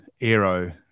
aero